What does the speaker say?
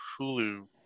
Hulu